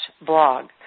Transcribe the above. blog